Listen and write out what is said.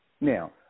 Now